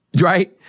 Right